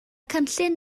cynllun